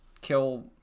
kill